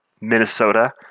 Minnesota